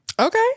Okay